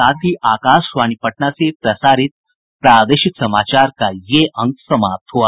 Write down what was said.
इसके साथ ही आकाशवाणी पटना से प्रसारित प्रादेशिक समाचार का ये अंक समाप्त हुआ